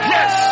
Yes